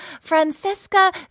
Francesca